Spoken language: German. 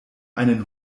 einen